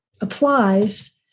applies